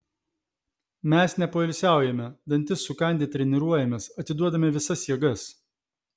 mes nepoilsiaujame dantis sukandę treniruojamės atiduodame visas jėgas